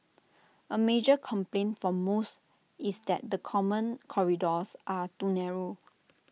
A major complaint for most is that the common corridors are too narrow